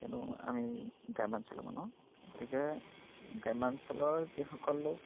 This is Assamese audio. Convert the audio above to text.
কিয়নো আমি গ্ৰাম্যাঞ্চলৰ মানুহ গতিকে গ্ৰাম্যাঞ্চলৰ যিসকল লোক